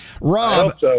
Rob